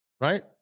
right